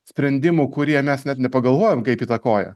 sprendimų kurie mes net nepagalvojam kaip įtakoja